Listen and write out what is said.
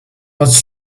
was